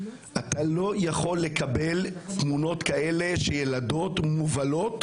אני לא יכול לקבל תמונות כאלה שילדות מובלות